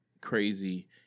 crazy